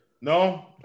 No